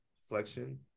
selection